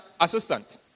assistant